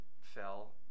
fell